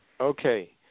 Okay